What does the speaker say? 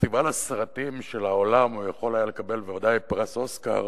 שבפסטיבל הסרטים של העולם הוא יכול היה בוודאי לקבל פרס אוסקר